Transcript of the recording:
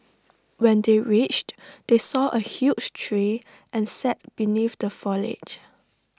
when they reached they saw A huge tree and sat beneath the foliage